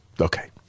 Okay